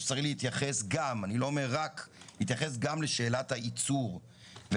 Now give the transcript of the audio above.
להזכיר רק נקודה אחת,